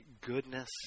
goodness